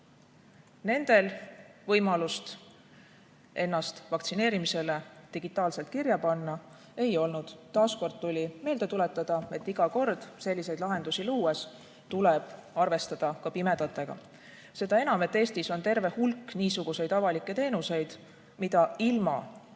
Nendel võimalust ennast vaktsineerimisele digitaalselt kirja panna ei olnud. Taas tuli meelde tuletada, et iga kord selliseid lahendusi luues tuleb arvestada ka pimedatega. Seda enam, et Eestis on terve hulk niisuguseid avalikke teenuseid, mida ilma internetita